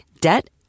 debt